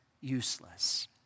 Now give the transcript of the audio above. useless